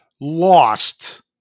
lost